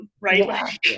right